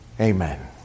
Amen